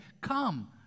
Come